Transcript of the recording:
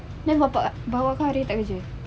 then bapak bapak kau hari ni tak kerja